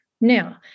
Now